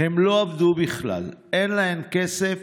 והן לא עבדו בכלל, אין להן כסף.